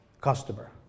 customer